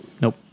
Nope